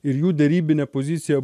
ir jų derybinė pozicija